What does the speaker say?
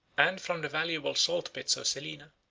and from the valuable salt-pits of selina,